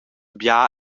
bia